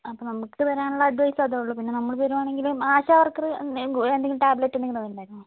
അപ്പം നമുക്ക് തരാനുള്ള അഡ്വൈസ് അതേ ഉള്ളൂ പിന്നെ നമ്മൾ വരികയാണെങ്കിൽ ആശാവർക്കർ എന്തെങ്കിലും ടാബ്ലറ്റ് എന്തെങ്കിലും തന്നിട്ടുണ്ടായിരുന്നോ